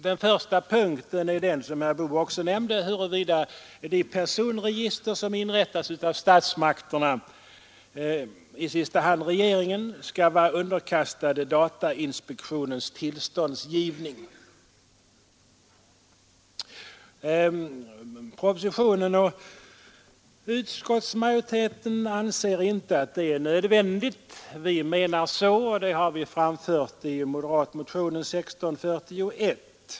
Den första punkten är den, som herr Boo också nämnde, huruvida de personregister som inrättats av statsmakterna, i sista hand regeringen, skall vara underkastade datainspektionens tillståndsgivning. Propositionen och utskottsmajoriteten anser inte att det är nödvändigt. Vi menar att det är nödvändigt, och det har vi framfört i moderatmotionen 1641.